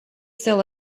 still